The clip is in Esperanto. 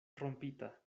rompita